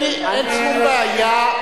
אין שום בעיה,